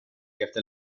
efter